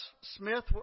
Smith